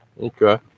Okay